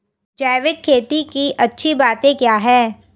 जैविक खेती की अच्छी बातें क्या हैं?